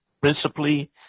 principally